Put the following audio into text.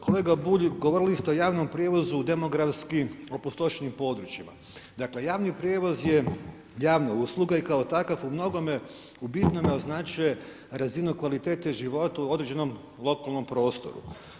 Kolega Bulj govorili ste o javnom prijevozu o demografski opustošenim područjima, dakle javni prijevoz je javna usluga i kao takav u mnogome u bitnome označuje razinu kvalitete života u određenom lokalnom prostoru.